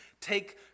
take